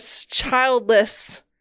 childless